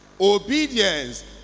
Obedience